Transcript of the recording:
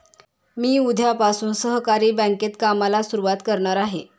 मी उद्यापासून सहकारी बँकेत कामाला सुरुवात करणार आहे